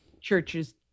churches